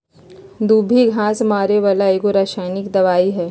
दुभी घास मारे बला एगो रसायनिक दवाइ हइ